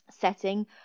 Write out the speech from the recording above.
setting